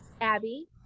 Abby